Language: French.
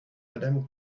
madame